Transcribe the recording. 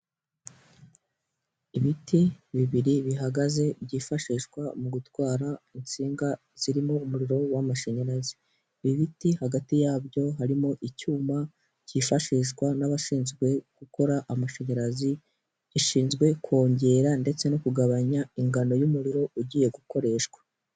Ibiti bibiri bihagaze byifashishwa mu gutwara insinga zirimo umuriro w'amashanyarazi, ibiti hagati yabyo harimo icyuma cyifashishwa n'abashinzwe gukora amashanyarazi, gishinzwe kongera ndetse no kugabanya ingano y'umuriro ugiye gukoreshwa.